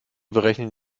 berechnen